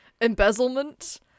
embezzlement